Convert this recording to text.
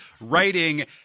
writing